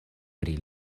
pri